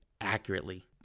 accurately